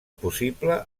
possible